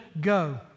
go